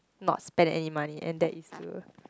not spend any money and that is to